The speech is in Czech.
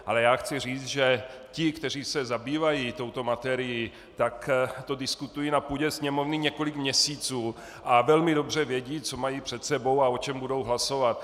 Ale já chci říct, že ti, kteří se zabývají touto materií, tak to diskutují na půdě Sněmovny několik měsíců a velmi dobře vědí, co mají před sebou a o čem budou hlasovat.